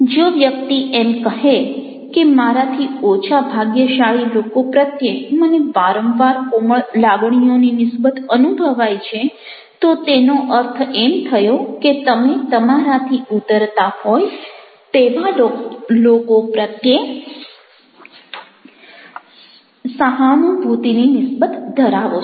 જો વ્યક્તિ એમ કહે કે મારાથી ઓછા ભાગ્યશાળી લોકો પ્રત્યે મને વારંવાર કોમળ લાગણીઓની નિસબત અનુભવાય છે તો તેનો અર્થ એમ થયો કે તમે તમારાથી ઉતરતા હોય તેવા લોકો પ્રત્યે સહાનુભૂતિની નિસ્બત ધરાવો છો